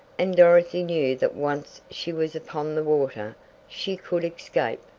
and dorothy knew that once she was upon the water she could escape.